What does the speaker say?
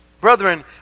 brethren